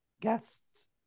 guests